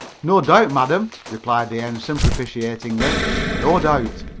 no doubt, madam, replied the ensign propitiatingly, no doubt.